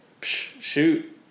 Shoot